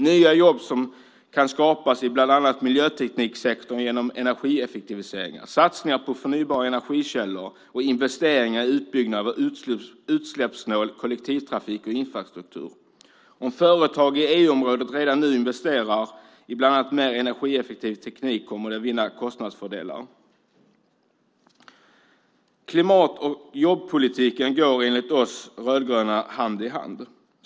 Nya jobb kan skapas i bland annat miljötekniksektorn genom energieffektiviseringar, satsningar på förnybara energikällor och investeringar i utbyggnad av utsläppssnål kollektivtrafik och infrastruktur. Om företag i EU-området redan nu investerar i bland annat mer energieffektiv teknik kommer de att vinna kostnadsfördelar. Klimat och jobbpolitiken går enligt oss rödgröna hand i hand.